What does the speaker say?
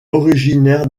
originaire